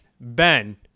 Ben